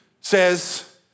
says